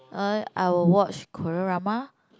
uh I will watch Korea drama